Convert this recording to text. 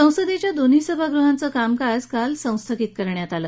संसदेच्या दोन्ही सभागृहांचं कामकाज काल संस्थगित करण्यात आलं